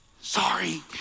sorry